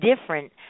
different